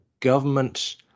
government